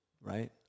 right